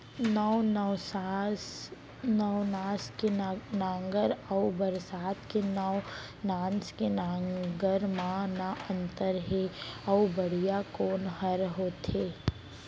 नौ नवनास के नांगर अऊ बरसात नवनास के नांगर मा का अन्तर हे अऊ बढ़िया कोन हर होथे?